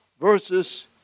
versus